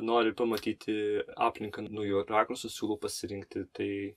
nori pamatyti aplinką nauju rakursu siūlau pasirinkti tai